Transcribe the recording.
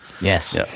Yes